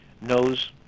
knows